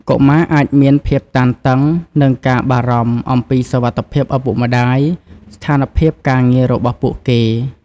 កុមារអាចមានភាពតានតឹង និងការបារម្ភអំពីសុវត្ថិភាពឪពុកម្ដាយ ស្ថានភាពការងាររបស់ពួកគេ។